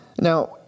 Now